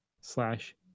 slash